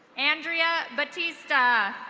andrea batista.